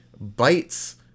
bites